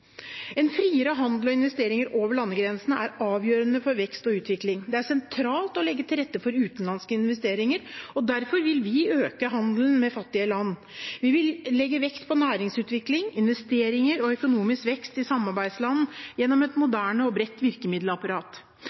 En friere handel og investeringer over landegrensene er avgjørende for vekst og utvikling. Det er sentralt å legge til rette for utenlandske investeringer. Derfor vil vi øke handelen med fattige land. Vi vil legge vekt på næringsutvikling, investeringer og økonomisk vekst i samarbeidsland gjennom et moderne og bredt virkemiddelapparat.